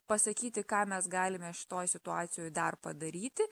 pasakyti ką mes galime šitoj situacijoj dar padaryti